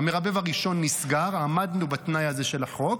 המרבב הראשון נסגר, עמדנו בתנאי הזה של החוק,